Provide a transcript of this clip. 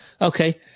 okay